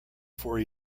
four